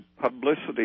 publicity